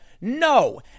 No